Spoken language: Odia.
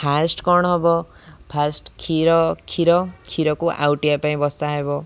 ଫାର୍ଷ୍ଟ କ'ଣ ହବ ଫାର୍ଷ୍ଟ କ୍ଷୀର କ୍ଷୀର କ୍ଷୀରକୁ ଆଉଟିବା ପାଇଁ ବସା ହେବ